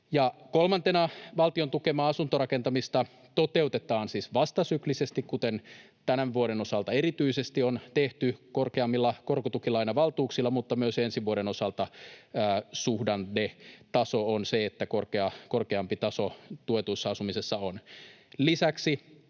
kolmantena valtion tukemaa asuntorakentamista toteutetaan siis vastasyklisesti, kuten tämän vuoden osalta erityisesti on tehty korkeammilla korkotukilainavaltuuksilla, mutta myös ensi vuoden osalta suhdannetaso on se, että korkeampi taso tuetussa asumisessa on. Lisäksi